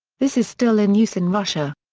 this is still in use in russia.